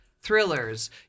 thrillers